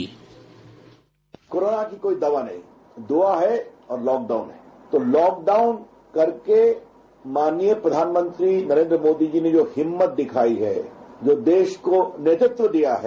sound bite corona की कोई दवा नहीं दुआ है और लॉकडाउन है तो लॉकडाउन करके माननीय प्रधानमंत्री नरेन्द्र मोदी जी ने जो हिम्मत दिखाई है जो देश को ैनेतृत्व दिया है